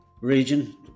region